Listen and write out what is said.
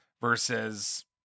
versus